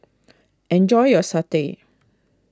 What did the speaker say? enjoy your Satay